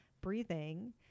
breathing